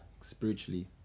spiritually